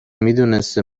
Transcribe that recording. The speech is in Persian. میدونسته